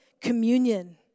communion